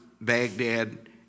Baghdad